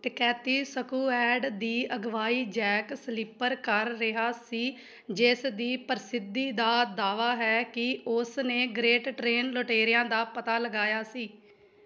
ਡਕੈਤੀ ਸਕੁਐਡ ਦੀ ਅਗਵਾਈ ਜੈਕ ਸਲੀਪਰ ਕਰ ਰਿਹਾ ਸੀ ਜਿਸ ਦੀ ਪ੍ਰਸਿੱਧੀ ਦਾ ਦਾਅਵਾ ਹੈ ਕਿ ਉਸ ਨੇ ਗ੍ਰੇਟ ਟ੍ਰੇਨ ਲੁਟੇਰਿਆਂ ਦਾ ਪਤਾ ਲਗਾਇਆ ਸੀ